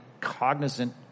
cognizant